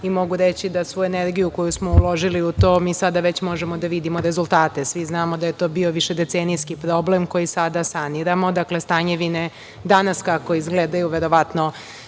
i mogu reći da svu energiju koju smo uložili u to mi sada već možemo da vidimo rezultate. Svi znamo da je to bio višedecenijski problem koji sada saniramo. Dakle, „Stanjevine“ danas kako izgledaju, verovatno